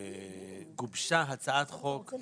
גובשה הצעת חוק על